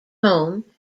home